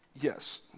yes